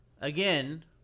again